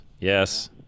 yes